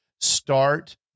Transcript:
start